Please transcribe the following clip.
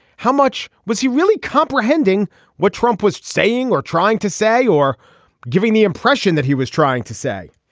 how much was he really comprehending what trump was saying or trying to say or giving the impression that he was trying to say.